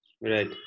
Right